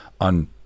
on